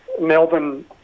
Melbourne